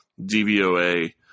DVOA